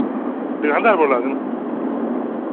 दुकानदार बोल्ला दे न